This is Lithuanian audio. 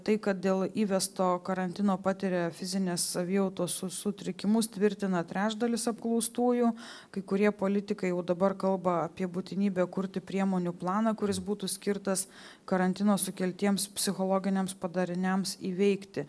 tai kad dėl įvesto karantino patiria fizinės savijautos su sutrikimus tvirtina trečdalis apklaustųjų kai kurie politikai jau dabar kalba apie būtinybę kurti priemonių planą kuris būtų skirtas karantino sukeltiems psichologiniams padariniams įveikti